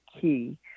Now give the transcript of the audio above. key –